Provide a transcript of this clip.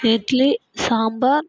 idli sambar